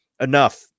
enough